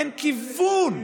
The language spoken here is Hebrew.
אין כיוון.